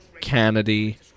Kennedy